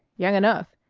young enough.